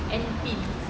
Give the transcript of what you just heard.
and pins